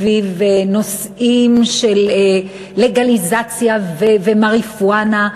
מתיר, סביב נושאים של לגליזציה ומריחואנה.